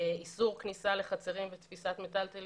איסור כניסה לחצרים ותפיסת מטלטלים